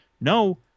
no